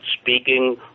speaking